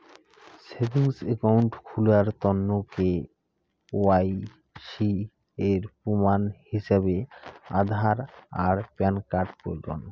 savings account খুলার তন্ন KYC এর প্রমাণ হিছাবে আধার আর প্যান কার্ড প্রয়োজন